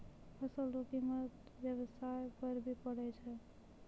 फसल रो कीमत व्याबसाय पर भी पड़ै छै